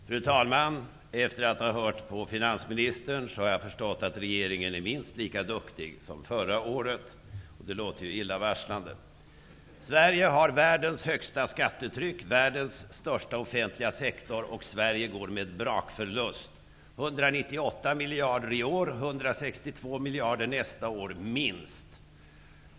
Fru talman! Efter att ha hört på finansministern, har jag förstått att regeringen är minst lika duktig som förra året. Det låter ju illavarslande. Sverige har världens högsta skattetryck och världens största offentliga sektor. Sverige går med brakförlust. Budgetunderskottet är 198 miljarder i år och kommer att bli minst 162 miljarder nästa år.